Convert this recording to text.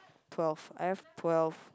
twelve I have twelve